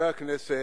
חברי הכנסת,